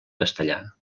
castellà